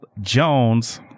Jones